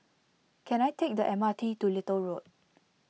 can I take the M R T to Little Road